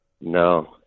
No